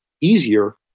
easier